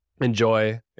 Enjoy